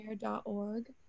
CARE.org